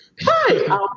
hi